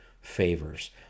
favors